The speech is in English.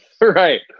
right